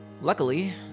Luckily